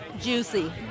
juicy